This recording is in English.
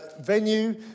venue